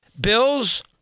Bills